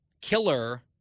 killer